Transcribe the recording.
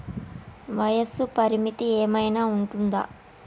వయస్సు పరిమితి ఏమైనా ఉంటుందా?